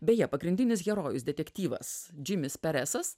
beje pagrindinis herojus detektyvas džimis peresas